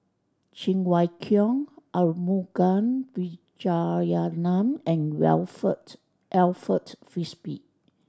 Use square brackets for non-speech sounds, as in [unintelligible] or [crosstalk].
Cheng Wai Keung Arumugam Vijiaratnam and [unintelligible] Alfred Frisby